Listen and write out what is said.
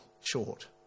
short